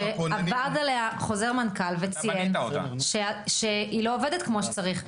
שעבד עליה חוזר מנכ"ל וציין שהיא לא עובדת כמו שצריך,